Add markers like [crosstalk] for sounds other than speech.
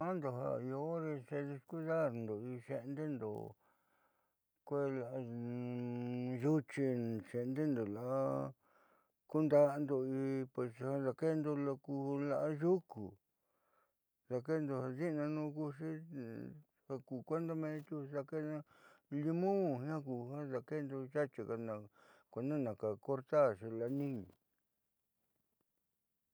Ka'ando ja io descuidarndo in xe'endeendo kuee la'a [hesitation] yuuchi xe'endeendo la'a kunda'ando y pues daakeendo la'a yuku daake'eendo di'inanuun kuuxi ja meenna daakeenaa limon jiaa ku ja daakeendo na kuenda na cortarxi la'a niiñi.